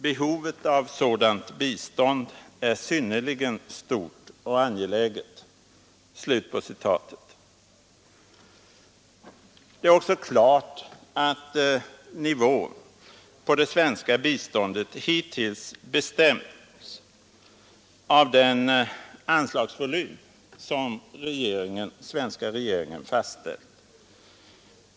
Behovet av sådant bistånd är synnerligen stort och angeläget.” Det är också klart att nivån på det svenska biståndet hittills bestämts av den anslagsvolym som svenska regeringen fastställt.